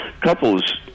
couple's